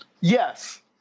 Yes